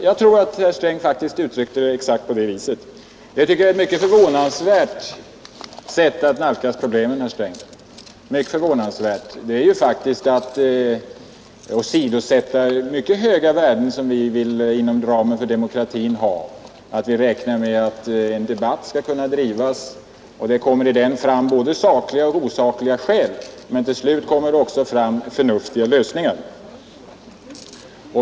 Jag tror faktiskt att herr Sträng uttryckte saken exakt på det viset, och det tycker jag är ett mycket förvånansvärt sätt att nalkas problemen. Det är faktiskt att åsidosätta mycket höga värden inom ramen för den demokrati som vi vill ha. Vi räknar med att i en debatt kommer fram både sakliga och osakliga skäl men till slut också förnuftiga lösningar.